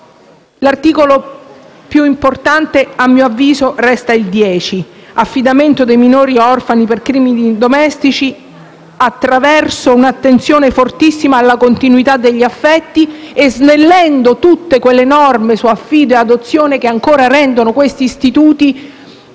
l'articolo più importante resta il 10, in tema di affidamento dei minori orfani per crimini domestici. Si rivolge un'attenzione fortissima alla continuità degli affetti e si snelliscono tutte quelle norme su affido e adozione che rendono questi istituti